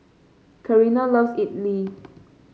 Carina loves idly